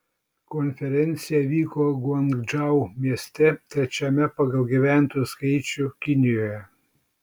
konferencija vyko guangdžou mieste trečiame pagal gyventojų skaičių kinijoje